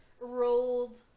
rolled